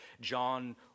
John